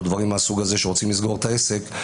או דברים מהסוג הזה כשרוצים לסגור את העסק,